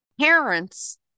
Parents